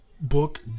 book